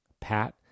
Pat